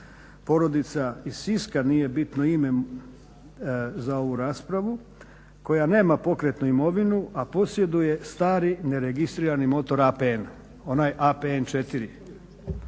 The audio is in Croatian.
Porodica iz Siska, nije bitno ime za ovu raspravu, koja nema pokretnu imovinu, a posjeduje stari neregistrirani motor APN, onaj APN 4.